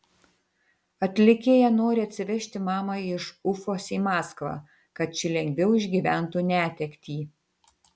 atlikėja nori atsivežti mamą iš ufos į maskvą kad ši lengviau išgyventų netektį